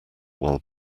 while